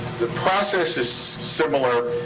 the process is similar,